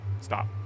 Stop